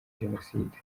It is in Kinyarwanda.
jenoside